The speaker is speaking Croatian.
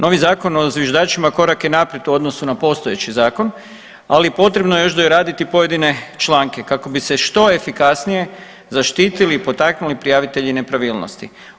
Novi Zakon o zviždačima korak je naprijed u odnosu na postojeći zakon, ali potrebno je još doraditi pojedine članke kako bi se što efikasnije zaštitili i potaknuli prijavitelji nepravilnosti.